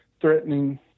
threatening